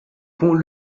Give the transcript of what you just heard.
pont